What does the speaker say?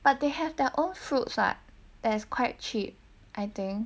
but they have their own fruits [what] that's quite cheap I think